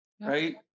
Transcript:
right